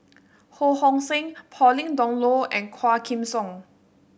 Ho Hong Sing Pauline Dawn Loh and Quah Kim Song